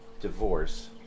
Divorce